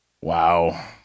Wow